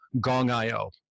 Gong.io